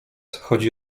chodzi